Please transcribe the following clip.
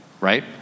Right